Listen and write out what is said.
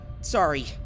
sorry